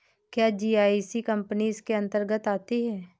क्या GIC company इसके अन्तर्गत आती है?